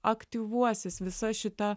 aktyvuosis visa šita